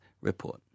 Report